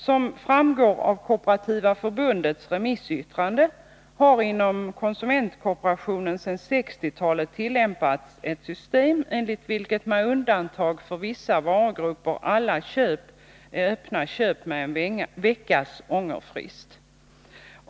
Som framgår av Kooperativa förbundets remissyttrande har inom konsu köp med undantag för vissa varugrupper är öppna köp med en veckas Tisdagen den ångerfrist.